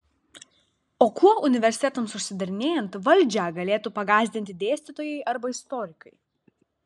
o kuo universitetams užsidarinėjant valdžią galėtų pagąsdinti dėstytojai arba istorikai